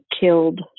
killed